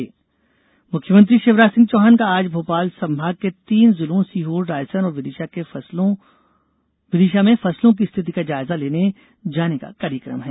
CM दौरा मुख्यमंत्री शिवराज सिंह चौहान का आज भोपाल संभाग के तीन जिलों सीहोर रायसेन और विदिशा में फसलों की स्थिति का जायजा लेने जाने का कार्यक्रम हैं